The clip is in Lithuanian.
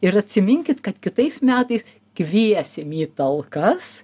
ir atsiminkit kad kitais metais kviesime į talkas